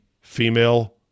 female